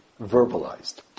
verbalized